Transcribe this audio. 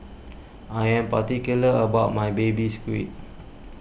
I am particular about my Baby Squid